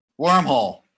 Wormhole